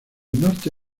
norte